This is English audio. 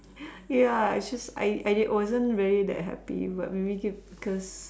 ya actually I I wasn't that happy but maybe it because